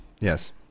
Yes